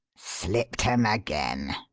slipped em again!